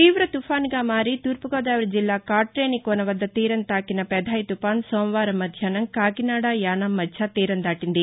తీవ తుఫానుగా మారి తూర్పుగోదావరి జిల్లా కాటేనికోన వద్ద తీరం తాకిన పెథాయ్ తుఫాన్ సోమవారం మధ్యాహ్నం కాకినాడ యానాం మధ్య తీరం దాటింది